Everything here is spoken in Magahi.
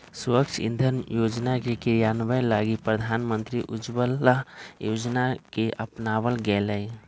स्वच्छ इंधन योजना के क्रियान्वयन लगी प्रधानमंत्री उज्ज्वला योजना के अपनावल गैलय